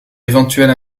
éventuelle